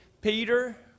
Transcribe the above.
Peter